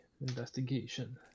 investigation